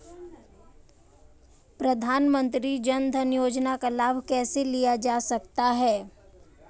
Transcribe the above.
प्रधानमंत्री जनधन योजना का लाभ कैसे लिया जा सकता है?